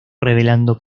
revelando